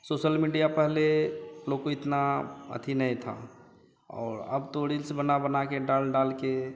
social media पहले लोग को इतना आता नहीं था और अब तो रील्स बना बनाकर डाल डालकर